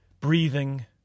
breathing